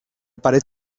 paret